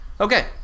okay